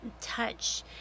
touch